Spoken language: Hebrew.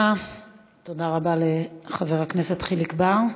תודה רבה לחבר הכנסת חיליק בר.